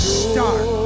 start